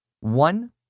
One